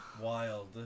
Wild